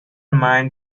mind